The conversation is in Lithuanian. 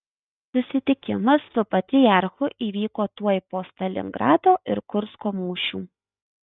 susitikimas su patriarchu įvyko tuoj po stalingrado ir kursko mūšių